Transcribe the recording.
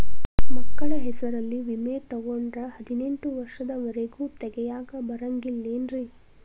ಮಕ್ಕಳ ಹೆಸರಲ್ಲಿ ವಿಮೆ ತೊಗೊಂಡ್ರ ಹದಿನೆಂಟು ವರ್ಷದ ಒರೆಗೂ ತೆಗಿಯಾಕ ಬರಂಗಿಲ್ಲೇನ್ರಿ?